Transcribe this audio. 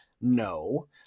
no